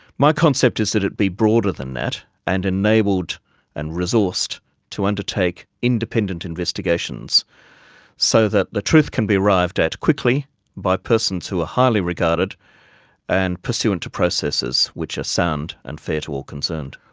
my concept is that it be broader than that and enabled and resourced to undertake independent investigations so that the truth can be arrived at quickly by persons who are ah highly regarded and pursuant to processes which are sound and fair to all concerned.